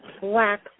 black